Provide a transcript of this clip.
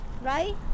right